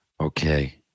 Okay